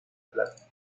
plata